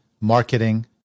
marketing